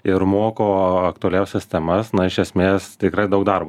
ir moko aktualiausias temas na iš esmės tikrai daug darbo